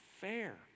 fair